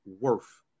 worth